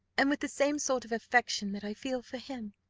and with the same sort of affection that i feel for him.